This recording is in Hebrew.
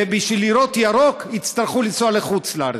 ובשביל לראות ירוק יצטרכו לנסוע לחוץ-לארץ.